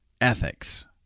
ethics